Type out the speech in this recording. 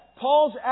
Paul's